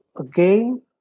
again